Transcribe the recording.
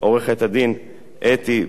עורכת-הדין אתי בנדלר,